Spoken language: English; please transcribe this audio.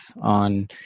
on